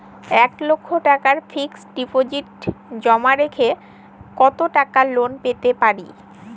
এক লক্ষ টাকার fixed deposit জমা রেখে কত টাকা লোন পেতে পারি?